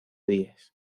días